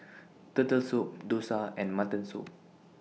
Turtle Soup Dosa and Mutton Soup